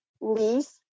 lease